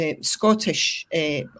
Scottish